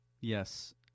Yes